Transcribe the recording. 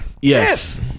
Yes